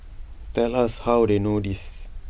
tell us how they know this